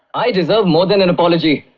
i deserve more than an apology.